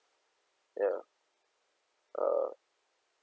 ya uh